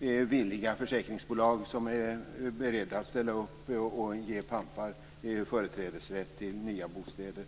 villiga försäkringsbolag som är beredda att ställa upp och ge pampar företrädesrätt till nya bostäder.